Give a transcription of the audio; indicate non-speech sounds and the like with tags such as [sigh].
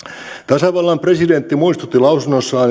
tasavallan presidentti muistutti lausunnossaan [unintelligible]